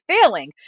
failing